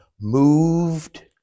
moved